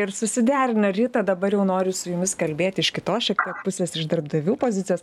ir susiderino rita dabar jau noriu su jumis kalbėti iš kitos šiek tiek pusės iš darbdavių pozicijos